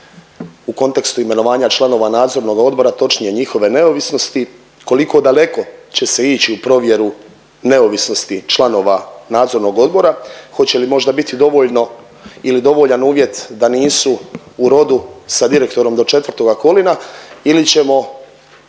u kontekstu imenovanja članova nadzornog odbora, točnije, njihove neovisnosti? Koliko daleko će se ići u provjeru neovisnosti članova nadzornog odbora? Hoće li možda biti dovoljno ili dovoljan uvjet da nisu u rodu sa direktorom do 4. kolina ili ćemo